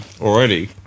already